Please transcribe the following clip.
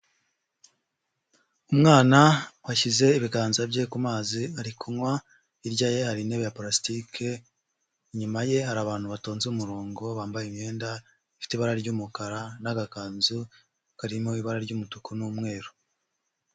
Umwana washyize ibiganza bye ku mazi ari kunywa, hirya ye hari intebe ya purasitike, inyuma ye hari abantu batonze umurongo, bambaye imyenda ifite ibara ry'umukara n'agakanzu karimo ibara ry'umutuku n'umweru.